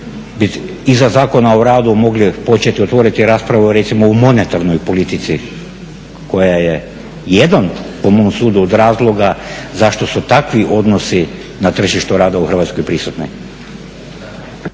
bi iza Zakona o radu mogli početi otvoriti raspravu recimo o monetarnoj politici koja je jedan po mom sudu od razloga zašto su takvi odnosi na tržištu rada u Hrvatskoj prisutni.